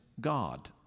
God